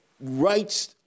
rights